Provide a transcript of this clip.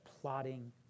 plotting